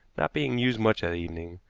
not being used much that evening,